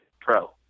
pro